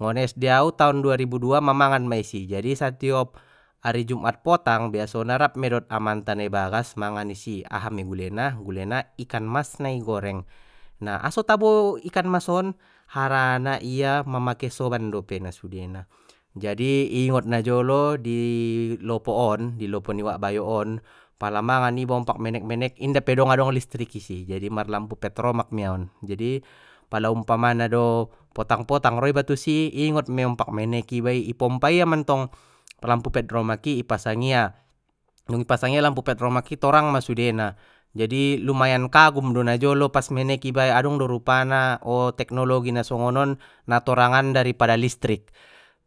Ngon es de au taon dua ribu dua ma mangan ma i si jadi satiop ari jumat potang biasona rap mei dot amanta na i bagas mangan i si aha mei gulena, gulena ikan mas na i goreng na aso tabo ikan mas on harana ia mamake soban dope sudena jadi ingot na jolo i lopo on di lopo ni uak bayok on pala mangan iba ompak menek menek indape dong listrik isi jadi marlampu petromak mia on jadi pala umpamana do potang potang ro iba tu si i ingot mei ompak menek iba i i pompa ia mantong lampu petromak i ipasang ia dung i pasang ia lampu petromak i torang ma sudena jadi lumayan kagum do na jolo pas menek iba adong do rupana teknologi na songonon na torangan daripada listrik